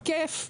הכיף,